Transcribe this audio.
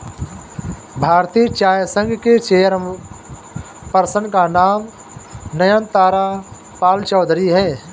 भारतीय चाय संघ के चेयर पर्सन का नाम नयनतारा पालचौधरी हैं